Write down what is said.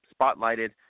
spotlighted